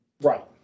Right